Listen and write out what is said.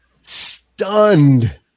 stunned